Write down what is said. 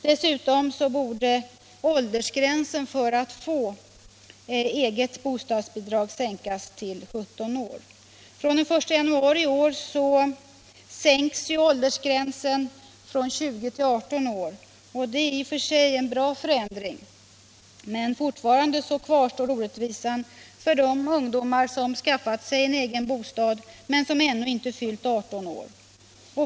Dessutom borde åldersgränsen för att få eget bostadsbidrag sänkas till 17 år. Från den 1 januari i år sänks åldersgränsen från 20 till 18 år och det är i och för sig en bra förändring. Men fortfarande kvarstår orättvisan för de ungdomar som skaffat egen bostad men ännu inte fyllt 18 år.